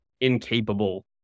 incapable